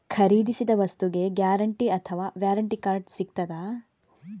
ಖರೀದಿಸಿದ ವಸ್ತುಗೆ ಗ್ಯಾರಂಟಿ ಅಥವಾ ವ್ಯಾರಂಟಿ ಕಾರ್ಡ್ ಸಿಕ್ತಾದ?